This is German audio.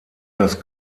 das